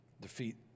defeat